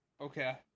okay